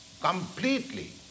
completely